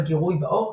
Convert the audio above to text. וגירוי באור,